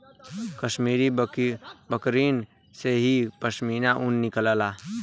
कश्मीरी बकरिन से ही पश्मीना ऊन निकलला